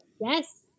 yes